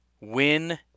Win